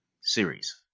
series